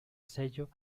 sello